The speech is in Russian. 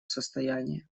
состоянии